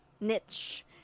niche